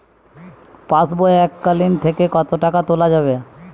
পাশবই এককালীন থেকে কত টাকা তোলা যাবে?